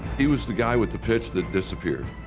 he was the guy with the pitch that disappeared.